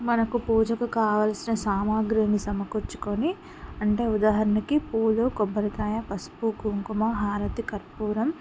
మనకు పూజకు కావలసిన సామాగ్రిని సమకూర్చుకొని అంటే ఉదాహరణకి పూలు కొబ్బరికాయ పసుపు కుంకుమ హారతి కర్పూరం